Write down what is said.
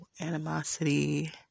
animosity